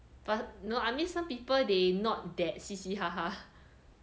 but no I mean some people they not that 嘻嘻哈哈